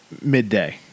midday